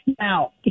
Now